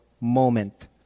moment